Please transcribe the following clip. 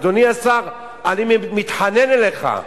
אדוני השר, אני מתחנן בפניך,